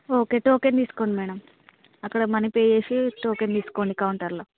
okay token తీసుకోండి madam అక్కడ money pay చేసి టోకెన్ తీసుకోండి కౌంటర్లో